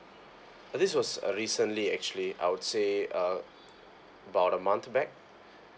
this was a recently actually I would say uh about a month back